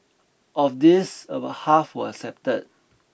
of these about half were accepted